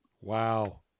Wow